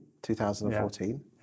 2014